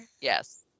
yes